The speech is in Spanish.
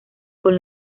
con